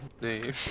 name